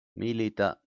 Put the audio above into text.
milita